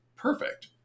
perfect